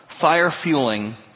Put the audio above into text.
fire-fueling